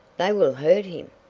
they will hurt him.